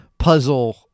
Puzzle